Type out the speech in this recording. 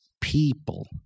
people